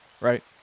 Right